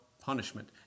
punishment